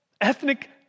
Ethnic